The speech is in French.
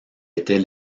était